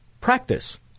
Practice